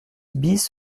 bis